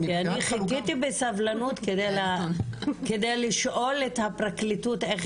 אני חיכיתי בסבלנות כדי לשאול את הפרקליטות איך